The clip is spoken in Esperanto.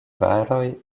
varoj